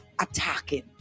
attacking